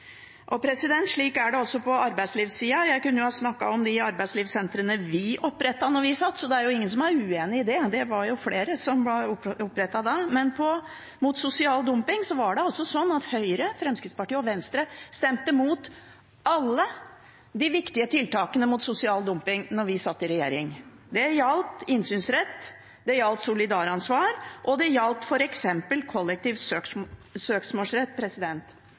Slik er det også på arbeidslivssiden. Jeg kunne ha snakket om de arbeidslivssentrene vi opprettet da vi satt i regjering, det er ingen som er uenig i det, det var flere som ble opprettet da. Men når det gjelder sosial dumping, stemte Høyre, Fremskrittspartiet og Venstre imot alle de viktige tiltakene mot sosial dumping da vi satt i regjering. Det gjaldt innsynsrett, det gjaldt solidaransvar, og det gjaldt f.eks. kollektiv søksmålsrett,